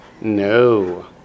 No